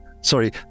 sorry